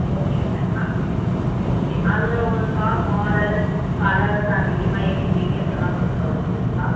ஓகேங்க ஓகே அதுலே ஒரு car model colours and EMI details எல்லாம் கொஞ்சம் சொல்ல முடியும்ங்களா